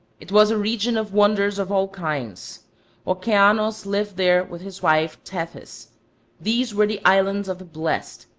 it was a region of wonders of all kinds okeanos lived there with his wife tethys these were the islands of the blessed,